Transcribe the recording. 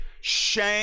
shame